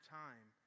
time